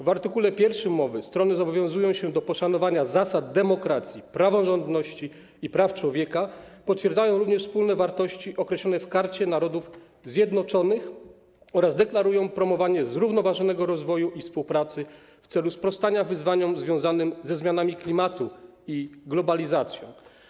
W art. 1 umowy strony zobowiązują się do poszanowania zasad demokracji, praworządności i praw człowieka, potwierdzają również wspólne wartości określone w Karcie Narodów Zjednoczonych oraz deklarują promowanie zrównoważonego rozwoju i współpracy w celu sprostania wyzwaniom związanym ze zmianami klimatu i globalizacją.